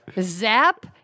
Zap